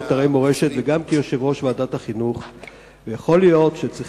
אתרי מורשת וגם כיושב-ראש ועדת החינוך,